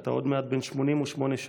כשאתה עוד מעט בן 88 שנים,